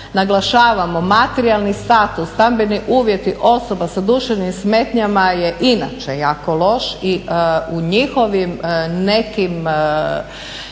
Naglašavamo materijalni status, stambeni uvjeti osoba sa duševnim smetnjama je inače jako loš i u njihovim nekim